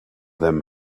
them